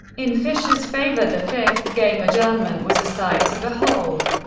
in fischer's favor, the fifth game adjournment was a sight to behold.